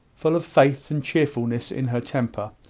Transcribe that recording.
full of faith and cheerfulness in her temper,